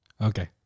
Okay